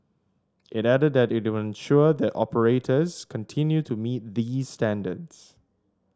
it added that it will ensure that the operators continue to meet these standards